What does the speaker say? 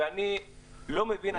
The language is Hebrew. ואני לא מבין.